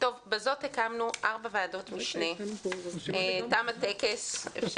בזאת הקמנו ארבע ועדות משנה, תם הטקס.